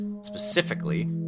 Specifically